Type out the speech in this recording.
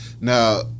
Now